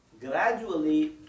Gradually